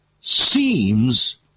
seems